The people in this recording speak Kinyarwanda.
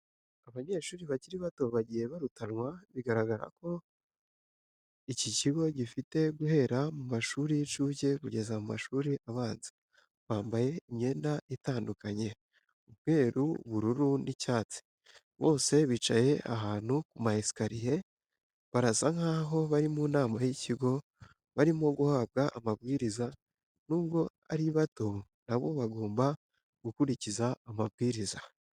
Abanyeshuri bakiri bato bagiye barutanwa, bigaragara ko iki kigo gifite guhera mu mashuri y'incuke kugeza ku mashuri abanza, bambaye imyenda itandukanye, umweru, ubururu n'icyatsi, bose bicaye ahantu ku ma esikariye, barasa nkaho bari mu nama y'ikigo, barimo guhabwa amabwiriza n'ubwo ari bato na bo bagomba gukurikiza amabwiriza.